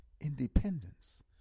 independence